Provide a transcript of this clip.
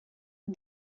are